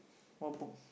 what book